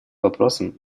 вопросом